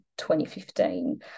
2015